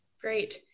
Great